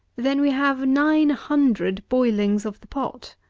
then we have nine hundred boilings of the pot,